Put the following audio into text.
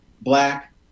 black